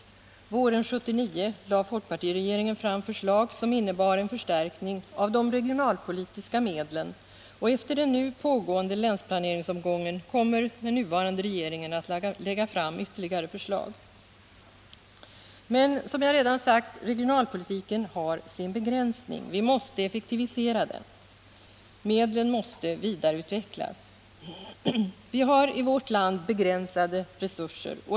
Våren 1979 lade folkpartiregeringen fram förslag som innebar en förstärkning av de regionalpolitiska medlen, och efter den nu pågående länsplaneringsomgången kommer den nuvarande regeringen att lägga fram ytterligare förslag. Men regionalpolitiken har, som sagt, sin begränsning. Vi måste effektivisera den. Medlen måste vidareutvecklas. I vårt land har vi begränsade resurser.